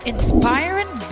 inspiring